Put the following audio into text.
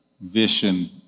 vision